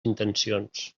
intencions